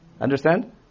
Understand